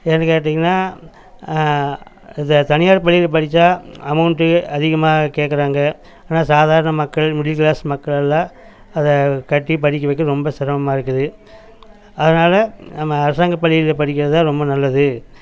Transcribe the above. ஏன்னு கேட்டிங்கன்னால் இது தனியார் பள்ளியில் படித்தா அமௌண்ட்டு அதிகமாக கேட்கறாங்க ஆனால் சாதாரண மக்கள் மிடில் கிளாஸ் மக்கள் எல்லாம் அதை கட்டி படிக்க வைக்க ரொம்ப சிரமமாக இருக்குது அதனால நம்ம அரசாங்க பள்ளியில் படிக்கிறது தான் ரொம்ப நல்லது